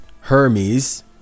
Hermes